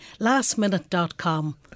Lastminute.com